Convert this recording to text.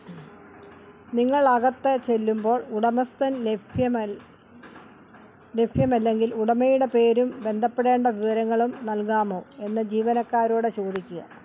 നിങ്ങൾ അകത്ത് ചെല്ലുമ്പോൾ ഉടമസ്ഥൻ ലഭ്യമല്ല ലഭ്യമല്ലെങ്കിൽ ഉടമയുടെ പേരും ബന്ധപ്പെടേണ്ട വിവരങ്ങളും നൽകാമോ എന്ന് ജീവനക്കാരോട് ചോദിക്കുക